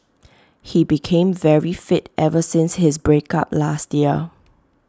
he became very fit ever since his break up last year